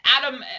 Adam –